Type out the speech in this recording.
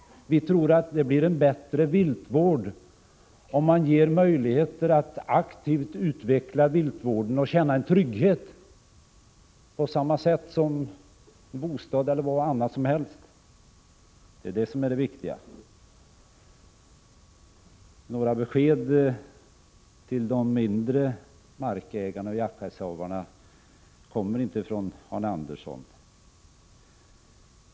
Vi tror att det blir en bättre viltvård om man ger jakträttsarrendatorerna denna trygghet. Det är det som är det viktiga. Några besked till de mindre markägarna och jakträttshavarna kommer inte från Arne Andersson.